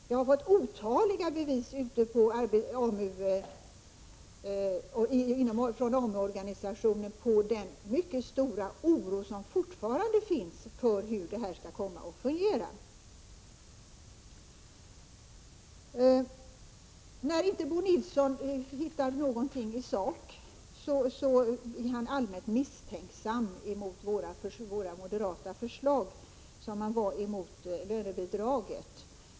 Jag har fått otaliga bevis beträffande AMU-organisationen på en mycket stor oro för hur det hela skall komma att fungera. När inte Bo Nilsson hittade någonting i sak är han allmänt misstänksam mot våra moderata förslag, så som han var emot lönebidraget.